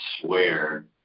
swear